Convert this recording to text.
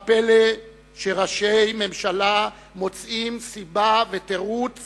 מה פלא שראשי ממשלה מוצאים סיבה ותירוץ